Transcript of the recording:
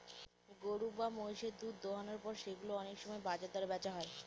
গরু বা মহিষের দুধ দোহানোর পর সেগুলো অনেক সময় বাজার দরে বেচা হয়